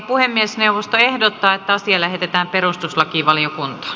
puhemiesneuvosto ehdottaa että asia lähetetään perustuslakivaliokuntaan